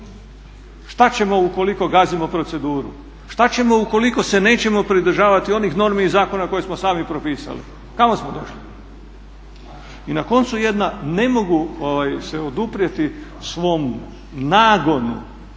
Šta ćemo ukoliko gazimo proceduru? Šta ćemo ukoliko se nećemo pridržavati onih normi i zakona koje smo sami propisali, kamo smo došli? I na koncu jedna, ne mogu se oduprijeti svom nagonu